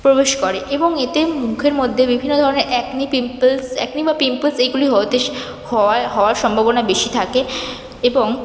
প্রবেশ করে এবং এতে মুখের মধ্যে বিভিন্ন ধরনের অ্যাকনে পিম্পলস অ্যাকনে বা পিম্পলস এইগুলি হতে স হওয়ার হওয়ার সম্ভাবনা বেশি থাকে এবং